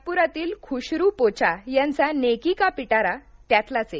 नागपुरातील खुशरू पोचा यांचा नेकी का पिटारा त्यातलाच एक